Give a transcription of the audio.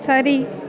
சரி